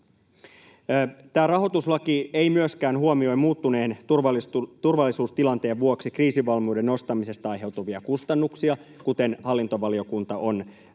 Tämä rahoituslaki ei myöskään huomioi muuttuneen turvallisuustilanteen vuoksi kriisivalmiuden nostamisesta aiheutuvia kustannuksia, kuten hallintovaliokunta on omassa